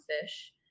fish